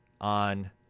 on